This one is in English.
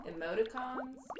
Emoticons